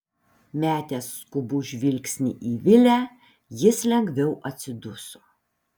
metęs skubų žvilgsnį į vilę jis lengviau atsiduso